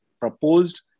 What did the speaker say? proposed